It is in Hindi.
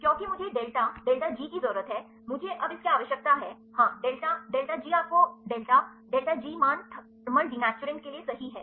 क्योंकि मुझे डेल्टा डेल्टा जी की जरूरत है मुझे अब इसकी आवश्यकता है हाँ डेल्टा डेल्टा जी आपको डेल्टा डेल्टा जी मान थर्मल दिनैचुरैंट के लिए सही है